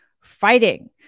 fighting